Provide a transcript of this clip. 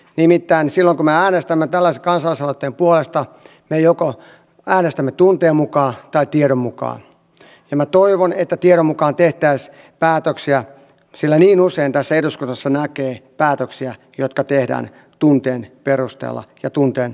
nimittäin silloin kun me äänestämme tällaisen kansalaisaloitteen puolesta me joko äänestämme tunteen mukaan tai tiedon mukaan ja minä toivon että tiedon mukaan tehtäisiin päätöksiä sillä niin usein tässä eduskunnassa näkee päätöksiä jotka tehdään tunteen perusteella ja tunteen vallassa